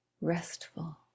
restful